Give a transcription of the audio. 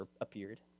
appeared